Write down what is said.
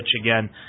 again